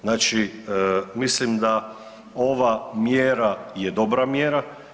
Znači mislim da ova mjera je dobra mjera.